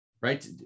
right